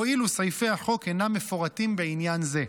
הואיל וסעיפי החוק אינם מפורטים בעניין זה.